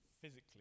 physically